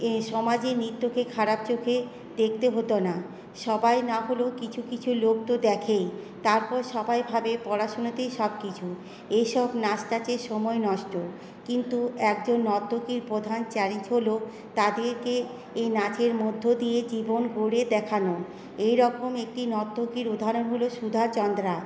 এই সমাজে নৃত্যকে খারাপ চোখে দেখতে হতো না সবাই না হলেও কিছু কিছু লোক তো দেখেই তারপর সবাই ভাবে পড়াশোনাতেই সবকিছু এসব নাচ টাচে সময় নষ্ট কিন্তু একজন নর্তকীর প্রধান চ্যালেঞ্জ হলো তাদেরকে এই নাচের মধ্য দিয়ে জীবন গড়ে দেখানো এরকম একটি নর্তকীর উদাহরণ হলো সুধা চন্দ্রা